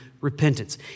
repentance